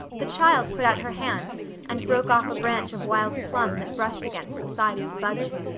the child put out her hand and broke off a branch of wild plum that brushed against the side of the buggy.